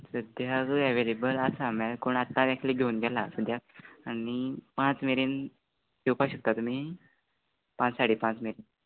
सद्द्याक एवेलेबल आसा म्हणल्यार कोण आत्तांत एकलें घेवन गेलां सद्द्या आनी पांच मेरेन येवपा शकता तुमी पांच साडे पांच मेरेन